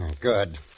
Good